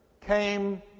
came